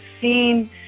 seen